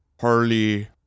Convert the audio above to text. Harley